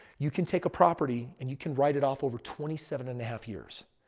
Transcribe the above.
you can take a property and you can write it off over twenty seven and a half years.